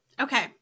Okay